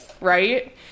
Right